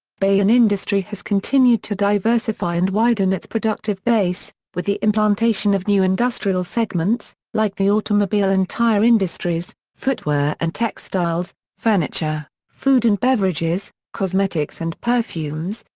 bahian industry has continued to diversify and widen its productive base, with the implantation of new industrial segments, like the automobile and tyre industries, footwear and textiles, furniture, food and beverages, cosmetics and perfumes,